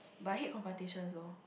but I hate confrontations though